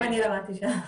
גם אני למדתי שם.